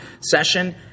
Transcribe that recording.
session